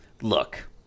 look